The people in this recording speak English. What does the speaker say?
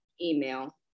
email